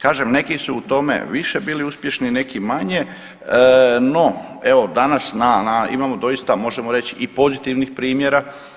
Kažem neki su u tome više bili uspješni, neki manje, no evo danas na, na imamo doista možemo reći i pozitivnih primjera.